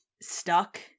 stuck